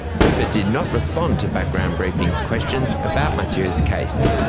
bupa did not respond to background briefing's questions about matthieu's case.